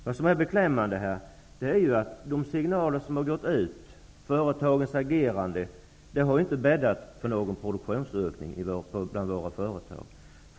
Vad som är beklämmande är att de signaler som har gått ut, företagens agerande, inte har bäddat för någon produktionsökning bland våra företag.